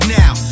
now